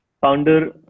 founder